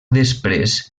després